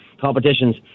competitions